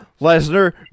Lesnar